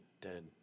dead